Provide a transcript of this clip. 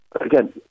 again